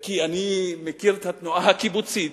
כי אני מכיר את התנועה הקיבוצית